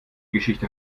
geschichte